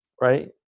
right